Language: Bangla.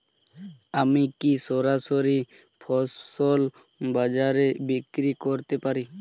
আমি কি সরাসরি ফসল বাজারে বিক্রি করতে পারি?